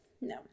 no